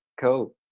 cool